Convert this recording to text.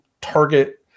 target